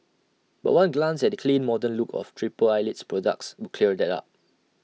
but one glance at the clean modern look of triple Eyelid's products would clear that up